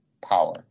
power